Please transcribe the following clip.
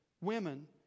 women